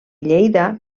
lleida